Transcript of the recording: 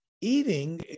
Eating